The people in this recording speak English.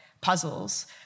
puzzles